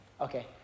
Okay